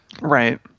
Right